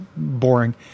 boring